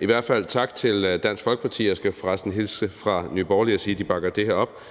i hvert fald tak til Dansk Folkeparti for at bakke det her op – jeg skal for resten hilse fra Nye Borgerlige og sige, at de også bakker det her op.